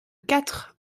quatre